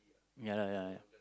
ya lah ya ya